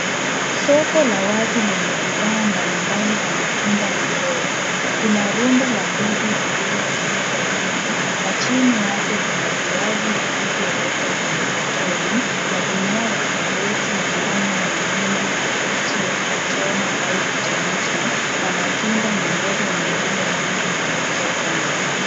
Soko la wazi lenye bidhaa mbalimbali za matunda na mboga. Kuna rundo la ndizi zilizotundikwa juu, na chini yake kuna viazi vilivyowekwa kwenye katoni, magunia ya karoti, nyanya, mahindi mabichi ya kuchoma, au kuchemsha, na matunda na mboga nyingine nyingi zilizopangwa.